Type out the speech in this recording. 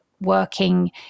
working